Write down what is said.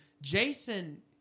Jason